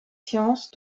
sciences